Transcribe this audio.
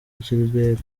gilbert